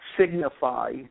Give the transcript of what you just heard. signify